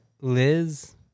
Liz